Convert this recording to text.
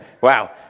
wow